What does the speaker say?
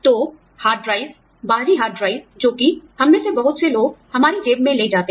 तो hard drive बाहरी hard drive जो कि हम में से बहुत से लोग हमारी जेब में ले जाते हैं